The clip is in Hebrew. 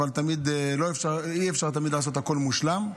אבל אי-אפשר תמיד לעשות הכול מושלם.